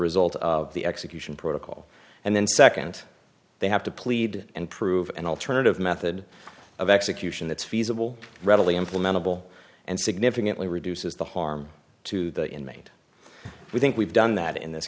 result of the execution protocol and then second they have to plead and prove an alternative method of execution that's feasible readily implementable and significantly reduces the harm to the inmate we think we've done that in this